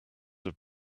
have